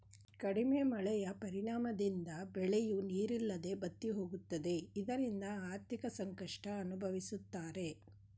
ಕಡಿಮೆ ಮಳೆಯ ಪರಿಣಾಮದಿಂದ ಬೆಳೆಯೂ ನೀರಿಲ್ಲದೆ ಬತ್ತಿಹೋಗುತ್ತದೆ ಇದರಿಂದ ಆರ್ಥಿಕ ಸಂಕಷ್ಟ ಅನುಭವಿಸುತ್ತಾರೆ